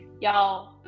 y'all